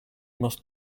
must